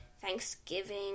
Thanksgiving